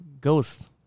Ghost